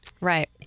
Right